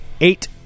Eight